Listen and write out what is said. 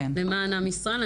למען המשרד.